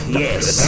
yes